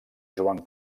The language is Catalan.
joan